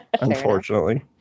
unfortunately